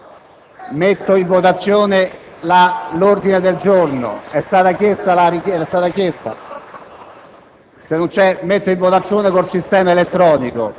votiamo l'ordine del giorno e quindi togliamo la seduta. Questa è una proposta della Presidenza.